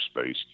space